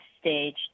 stage